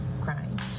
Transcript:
crying